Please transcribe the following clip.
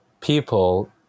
People